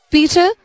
Peter